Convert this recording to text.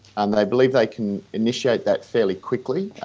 and they believe they can initiate that fairly quickly.